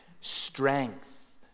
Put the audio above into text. strength